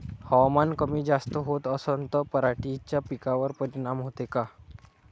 हवामान कमी जास्त होत असन त पराटीच्या पिकावर परिनाम होते का?